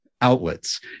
outlets